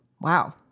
Wow